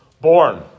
born